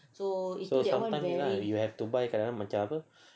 so sometimes kan you have to buy kadang-kadang macam apa